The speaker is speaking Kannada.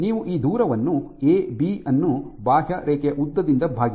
ನೀವು ಈ ದೂರವನ್ನು ಎ ಬಿ ಅನ್ನು ಬಾಹ್ಯರೇಖೆಯ ಉದ್ದದಿಂದ ಭಾಗಿಸಿ